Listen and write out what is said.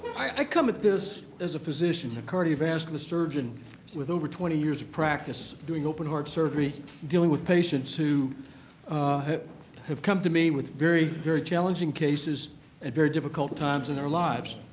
i come at this as a physician, a cardiovascular surgeon with over twenty years of practice doing open-heart surgery, dealing with patients who have have come to me with very very challenging cases at very difficult times in their lives.